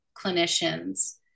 clinicians